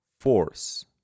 force